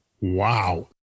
Wow